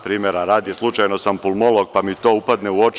Primera radi, slučajno sam pulmolog pa mi to upadne u oči.